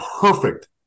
perfect –